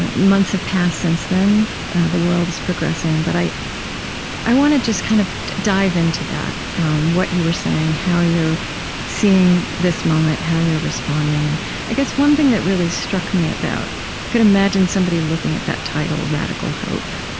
months have passed since then the world is progressing, but i i want to just kind of dive into that what you were saying, how you're seeing this moment, how you're responding. and i guess one thing that really struck me about i could imagine somebody looking at that title, radical hope,